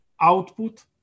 output